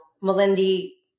Melindy